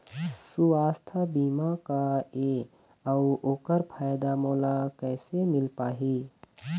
सुवास्थ बीमा का ए अउ ओकर फायदा मोला कैसे मिल पाही?